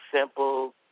simple